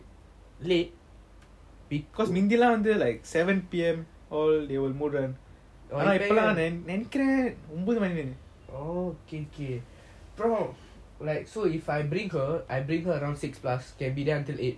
because முந்திலம் வந்து:munthilam vanthu like seven P_M all they will மூடுறன் ஆனா இப்போல்லாம் நெனைக்கிறேன் ஒம்பது மணிகிணி:mooduran aana ipolam nenaikiran ombathu manikini